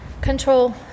control